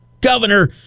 Governor